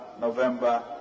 November